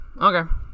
Okay